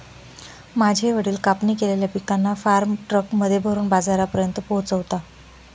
माझे वडील कापणी केलेल्या पिकांना फार्म ट्रक मध्ये भरून बाजारापर्यंत पोहोचवता